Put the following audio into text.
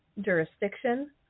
jurisdiction